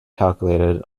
calculated